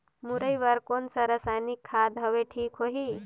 मुरई बार कोन सा रसायनिक खाद हवे ठीक होही?